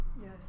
Yes